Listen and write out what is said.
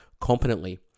competently